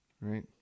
right